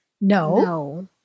No